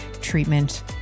treatment